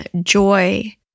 joy